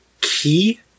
key